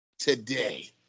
today